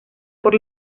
por